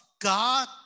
God